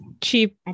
cheap